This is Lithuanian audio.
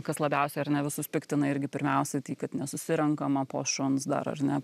kas labiausiai ar ne visus piktina irgi pirmiausiai tai kad nesusirenkama po šuns dar ar ne